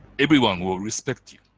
everyone will respect you.